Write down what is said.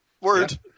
word